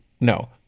No